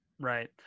Right